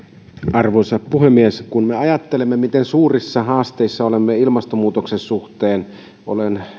arvoisa puhemies kun me ajattelemme miten suurissa haasteissa olemme ilmastonmuutoksen suhteen olen